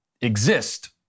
exist